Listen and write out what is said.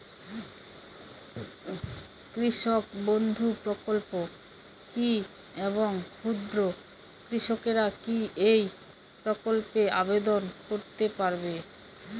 কৃষক বন্ধু প্রকল্প কী এবং ক্ষুদ্র কৃষকেরা কী এই প্রকল্পে আবেদন করতে পারবে?